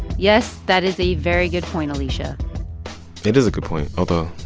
yes. that is a very good point, alisha it is a good point, although,